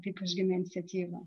taip užgimė iniciatyva